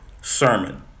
sermon